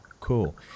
cool